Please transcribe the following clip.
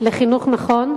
לחינוך נכון.